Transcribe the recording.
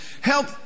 Help